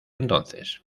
entonces